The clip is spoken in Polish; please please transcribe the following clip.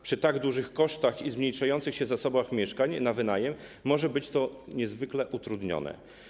Przy tak dużych kosztach i zmniejszających się zasobach mieszkań na wynajem może być to niezwykle utrudnione.